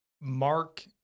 Mark